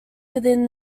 within